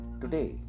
Today